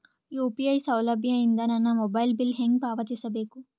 UPI ಸೌಲಭ್ಯ ಇಂದ ನನ್ನ ಮೊಬೈಲ್ ಬಿಲ್ ಹೆಂಗ್ ಪಾವತಿಸ ಬೇಕು?